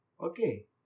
Okay